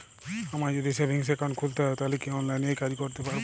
আমায় যদি savings account খুলতে হয় তাহলে কি অনলাইনে এই কাজ করতে পারবো?